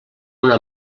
una